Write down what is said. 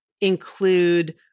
include